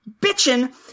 bitching